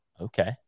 okay